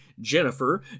Jennifer